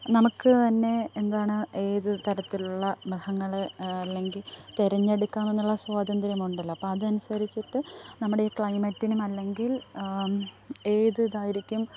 നമുക്ക് തന്നെ എന്താണ് ഏത് തരത്തിലുള്ള മൃഹങ്ങളെ അല്ലെങ്കിൽ തെരഞ്ഞെടുക്കാമെന്നുള്ള സ്വാതന്ത്ര്യമുണ്ടല്ലോ അപ്പോൾ അതനുസരിച്ചിട്ട് നമ്മുടെ ഈ ക്ലൈമറ്റിനും അല്ലെങ്കില് ഏത് ഇതായിരിക്കും